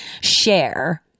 share